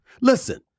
Listen